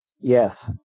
Yes